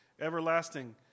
everlasting